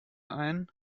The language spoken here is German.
ein